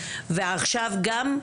ועכשיו גם,